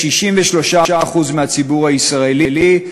ומה חושב כלל הציבור הישראלי?